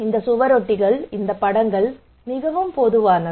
இந்த சுவரொட்டிகள் இந்த படங்கள் மிகவும் பொதுவானவை